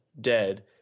dead